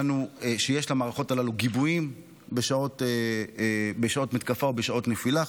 למערכות הללו גיבויים בשעות מתקפה או בשעות נפילה,